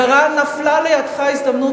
כרגע נפלה לידיך הזדמנות,